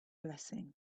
blessing